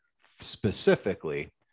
specifically